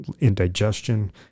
indigestion